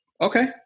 Okay